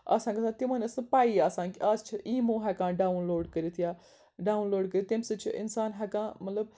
آسان گژھان تِمَن ٲس نہٕ پایی آسان کہ آز چھِ ایٖمَو ہیٚکان ڈاوُنلوڈ کٔرِتھ یا ڈاوُنلوڈ کٔرِتھ تمہِ سۭتۍ چھُ اِنسان ہیٚکان مطلب